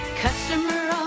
Customer